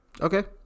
Okay